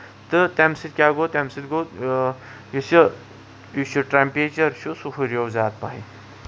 تہٕ تَمہِ سۭتۍ کیٚاہ گوٚو تَمہِ سۭتۍ گوٚو یُس یہِ یُس یہِ ٹریمپیچر چھُ سُہ ہُریو زیادٕ پَہم